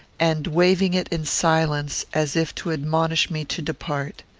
and waving it in silence, as if to admonish me to depart.